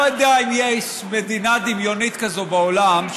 לא יודע אם יש מדינה דמיונית כזו בעולם,